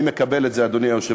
אני מקבל את זה, אדוני היושב-ראש.